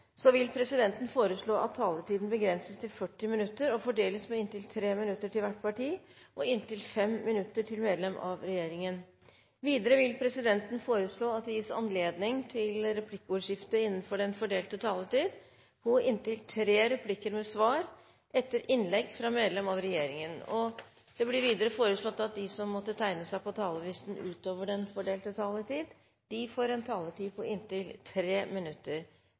Så håper jeg det vil komme også kolspasientene til nytte. Replikkordskiftet er dermed omme. Flere har ikke bedt om ordet til sak nr. 12. Etter ønske fra helse- og omsorgskomiteen vil presidenten foreslå at taletiden begrenses til 40 minutter og fordeles med inntil 5 minutter til hvert parti og inntil 5 minutter til medlem av regjeringen. Videre vil presidenten foreslå at det gis anledning til replikkordskifte på inntil tre replikker med svar etter innlegg fra medlem av regjeringen innenfor den fordelte taletid. Det blir videre foreslått at de